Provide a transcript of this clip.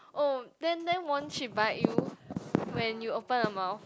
oh then then won't she bite you when you open her mouth